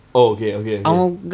oh okay okay okay